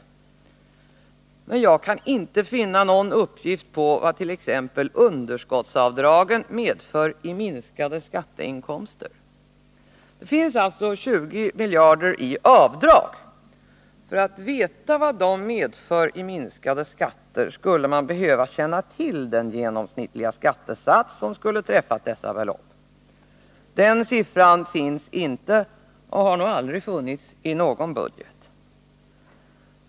Men jag kan inte finna någon uppgift på vad t.ex. underskottsavdragen medför i minskade skatteinkomster. Det finns alltså 20 miljarder i avdrag. För att veta vad de medför i minskade skatter skulle man behöva känna till den genomsnittliga skattesats som skulle ha träffat dessa belopp. Den siffran finns inte och har nog aldrig funnits i någon budget.